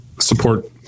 support